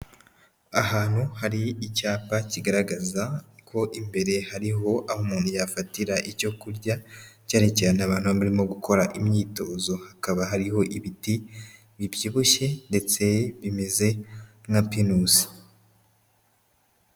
Ahantu hari icyapa kigaragaza ko imbere hariho aho umuntu yafatira icyo kurya, cyane cyane abantu barimo gukora imyitozo. Hakaba hariho ibiti bibyibushye ndetse bimeze nka pinusi.